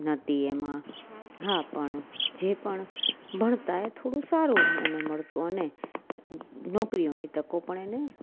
નહોતી એમાં હા પણ જે પણ ભણતાં એ થોડું એને મળતું અને નોકરીઓની તકો પણ એને